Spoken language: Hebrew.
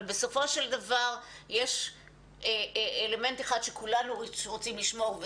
אבל בסופו של דבר יש אלמנט אחד שכולנו רוצים לשמור עליו,